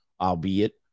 albeit